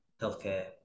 healthcare